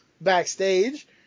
backstage